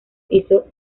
hizo